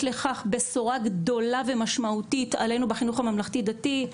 לכך בשורה גדולה ומשמעותית עלינו בחינוך הממלכתי דתי,